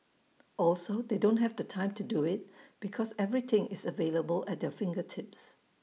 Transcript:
also they don't have the time to do IT because everything is available at their fingertips